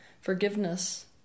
Forgiveness